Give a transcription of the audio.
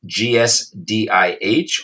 GSDIH